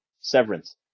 Severance